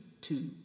two